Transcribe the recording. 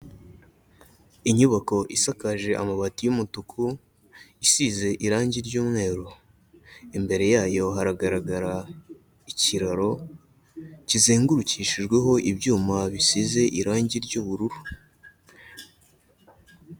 Inyubako isakaje amabati y'umutuku, isize irangi ry'umweru, imbere yayo haragaragara ikiraro kizengurukishijweho ibyuma bisize irangi ry'ubururu.